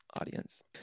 audience